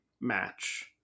match